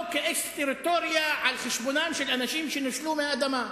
לא כאקסטריטוריה על-חשבונם של אנשים שנושלו מהאדמה.